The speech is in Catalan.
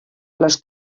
les